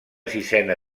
sisena